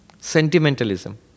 sentimentalism